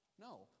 No